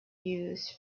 used